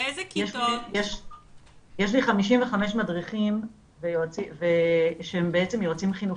יש לי 55 מדריכים שהם בעצם יועצים חינוכיים,